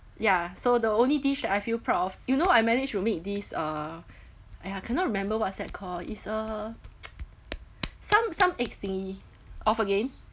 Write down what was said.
ya so the only dish that I feel proud of you know I managed to make this uh !aiya! cannot remember what's that called it's a some some eggs thingy off again